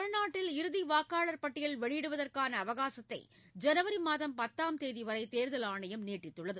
தமிழ்நாட்டில் இறுதி வாக்காளர் பட்டியல் வெளியிடுவதற்கான அவகாசத்தை ஜனவரி மாதம் பத்தாம் தேதிவரை தேர்தல் ஆணையம் நீட்டித்துள்ளது